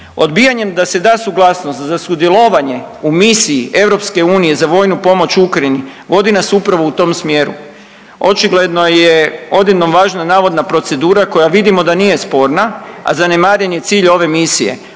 Odbijanjem da se da suglasnost za sudjelovanje u misiji EU za vojnu pomoć Ukrajini vodi nas upravo u tom smjeru. Očigledno je odjednom važno navodna procedura koja vidimo da nije sporna, a zanemaren je cilj ove misije.